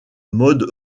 mode